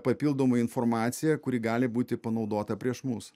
papildoma informacija kuri gali būti panaudota prieš mus